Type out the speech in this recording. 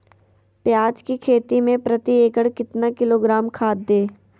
प्याज की खेती में प्रति एकड़ कितना किलोग्राम खाद दे?